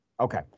Okay